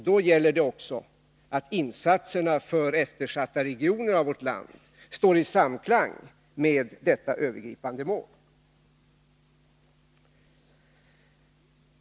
Då gäller det också att insatserna för eftersatta regioner i vårt land skall stå i samklang med dessa övergripande mål.